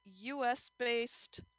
US-based